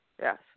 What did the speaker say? Yes